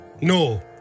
No